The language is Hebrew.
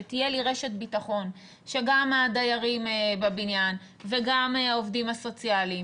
שתהיה לי רשת ביטחון שגם הדיירים בבניין וגם העובדים הסוציאליים,